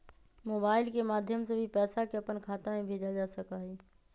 mobile के माध्यम से भी पैसा के अपन खाता में भेजल जा सका हई